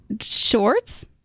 shorts